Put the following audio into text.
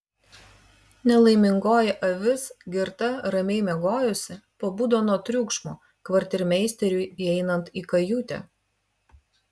nelaimingoji avis girta ramiai miegojusi pabudo nuo triukšmo kvartirmeisteriui įeinant į kajutę